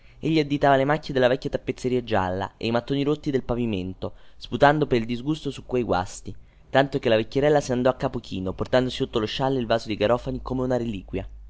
e bestemmiando egli additava le macchie della vecchia tappezzeria gialla e i mattoni rotti del pavimento sputando pel disgusto su quei guasti tanto che la vecchierella se ne andò a capo chino portandosi sotto lo scialle il vaso di garofani come una reliquia